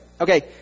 Okay